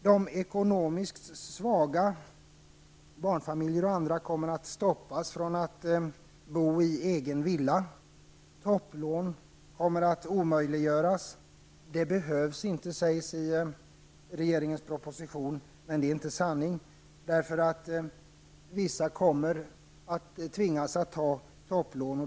De ekonomiskt svaga, t.ex. barnfamiljer, kommer att stoppas från att bo i egen villa. Topplån kommer att omöjliggöras. Det sägs i regeringens proposition att de inte behövs. Det är inte sanning. Vissa kommer att tvingas ta topplån.